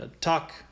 talk